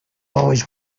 always